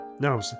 no